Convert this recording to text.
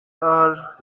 are